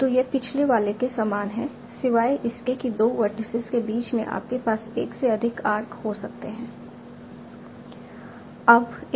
तो यह पिछले वाले के समान है सिवाय इसके कि 2 वर्टिसीज के बीच में आपके पास एक से अधिक आर्क हो सकते हैं